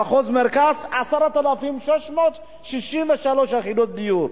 במחוז מרכז, 10,663 יחידות דיור.